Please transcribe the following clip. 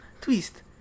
Twist